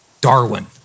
Darwin